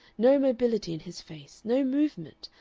no mobility in his face, no movement,